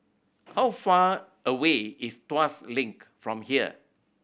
how far away is Tuas Link from here